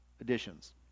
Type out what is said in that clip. additions